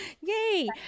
yay